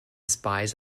spies